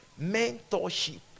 Mentorship